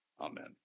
Amen